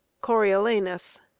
Coriolanus